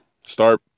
start